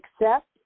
accept